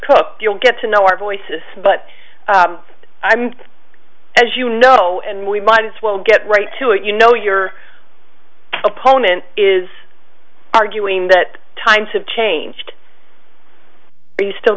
cook you'll get to know our voices but as you know and we might as well get right to it you know your opponent is arguing that times have changed are you still